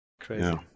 Crazy